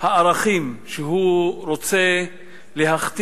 הערכים שהוא רוצה להשליט